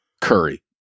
curry